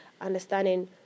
understanding